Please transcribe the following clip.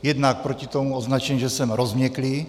Jednak proti tomu označení, že jsem rozměklý.